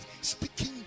speaking